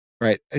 Right